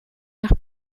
nach